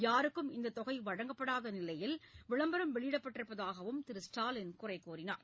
யாருக்கும் இந்த தொகை வழங்கப்படாத நிலையில் விளம்பரம் வெளியிடப்பட்டிருப்பதாகவும் திரு ஸ்டாலின் குறை கூறினார்